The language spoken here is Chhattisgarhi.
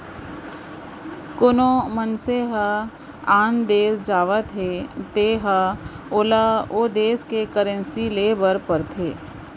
कोना मनसे ह आन देस जावत हे त ओला ओ देस के करेंसी लेय बर पड़थे